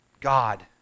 God